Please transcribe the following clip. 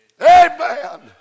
Amen